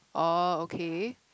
oh okay